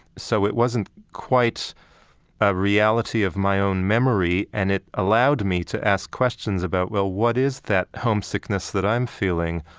so it wasn't quite a reality of my own memory, and it allowed me to ask questions about, well, what is that homesickness that i'm feeling?